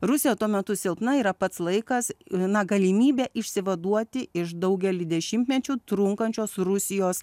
rusija tuo metu silpna yra pats laikas na galimybė išsivaduoti iš daugelį dešimtmečių trunkančios rusijos